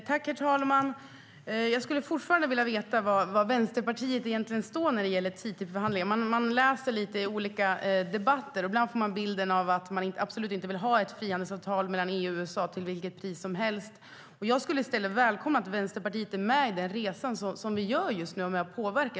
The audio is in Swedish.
Herr talman! Jag skulle fortfarande vilja veta var Vänsterpartiet egentligen står när det gäller TTIP-förhandlingarna. Man läser lite olika saker i debatten, och ibland får man bilden att Vänsterpartiet absolut inte vill ha ett frihandelsavtal mellan EU och USA.Jag skulle välkomna om Vänsterpartiet i stället fanns med och påverkade under den resa vi nu gör.